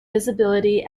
visibility